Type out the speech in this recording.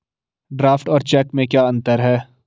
Draft और cheque में क्या अंतर है?